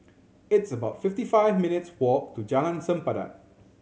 it's about fifty five minutes' walk to Jalan Sempadan